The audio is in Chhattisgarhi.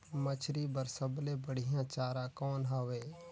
मछरी बर सबले बढ़िया चारा कौन हवय?